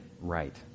right